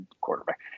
quarterback